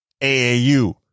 AAU